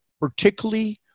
particularly